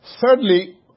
Thirdly